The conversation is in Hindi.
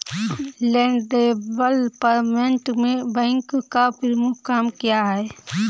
लैंड डेवलपमेंट बैंक का प्रमुख काम क्या है?